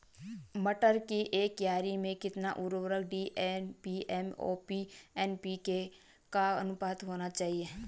मटर की एक क्यारी में कितना उर्वरक डी.ए.पी एम.ओ.पी एन.पी.के का अनुपात होना चाहिए?